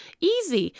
Easy